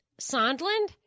Sondland